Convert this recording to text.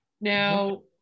now